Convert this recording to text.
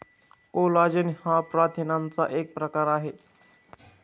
collagen हा प्रथिनांचा एक प्रकार आहे